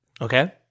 Okay